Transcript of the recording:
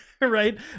right